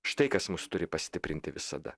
štai kas mus turi pastiprinti visada